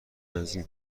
نزدیک